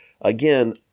again